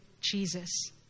Jesus